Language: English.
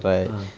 (uh huh)